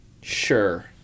Sure